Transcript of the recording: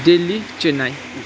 Delhi Chennai